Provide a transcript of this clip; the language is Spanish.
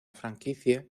franquicia